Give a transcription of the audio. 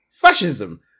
fascism